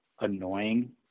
annoying